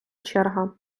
черга